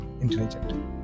intelligent